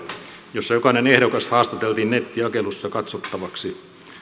jossa jokainen ehdokas haastateltiin nettijakelussa katsottavaksi